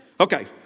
Okay